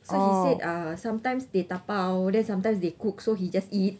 so he said uh sometimes they dabao then sometimes they cook so he just eat